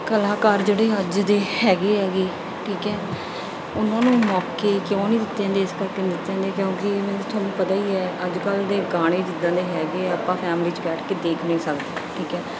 ਕਲਾਕਾਰ ਜਿਹੜੇ ਅੱਜ ਦੇ ਹੈਗੇ ਐਗੇ ਠੀਕ ਹੈ ਉਹਨਾਂ ਨੂੰ ਮੌਕੇ ਕਿਉਂ ਨਹੀਂ ਦਿੱਤੇ ਜਾਂਦੇ ਇਸ ਕਰਕੇ ਨਹੀਂ ਦਿੱਤੇ ਜਾਂਦੇ ਕਿਉਂਕਿ ਮੀਨਸ ਤੁਹਾਨੂੰ ਪਤਾ ਹੀ ਹੈ ਅੱਜ ਕੱਲ੍ਹ ਦੇ ਗਾਣੇ ਜਿੱਦਾਂ ਦੇ ਹੈਗੇ ਆ ਆਪਾਂ ਫੈਮਲੀ 'ਚ ਬੈਠ ਕੇ ਦੇਖ ਨਹੀਂ ਸਕਦੇ ਠੀਕ ਹੈ